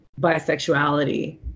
bisexuality